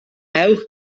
ewch